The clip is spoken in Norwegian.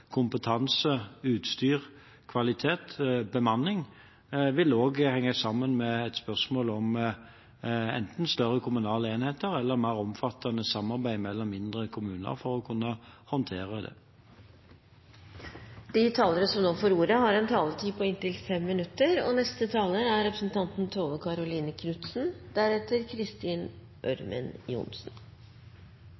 kompetanse, utstyr, kvalitet og bemanning, vil også henge sammen med et spørsmål om enten større kommunale enheter eller mer omfattende samarbeid mellom mindre kommuner for å kunne håndtere det. Legevakta spiller en viktig rolle i helsetjenesten, og særlig for å møte befolkningas behov for trygghet og nær tilstedeværelse. Det må være enkelt å kontakte legevakta når man er